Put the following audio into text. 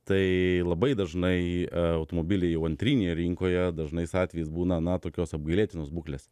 tai labai dažnai automobiliai jau antrinėje rinkoje dažnais atvejais būna na tokios apgailėtinos būklės